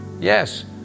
Yes